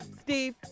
Steve